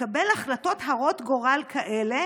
לקבל החלטות הרות גורל כאלה?